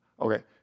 Okay